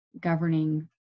governing